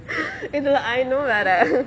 இதுல:ithula I know வேற:vera